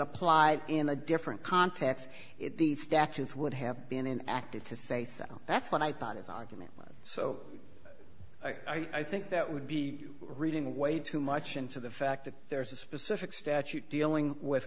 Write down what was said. applied in a different context these statutes would have been acted to say so that's what i thought his argument was so i think that would be you reading way too much into the fact that there's a specific statute dealing w